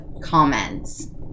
comments